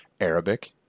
Arabic